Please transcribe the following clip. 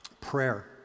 prayer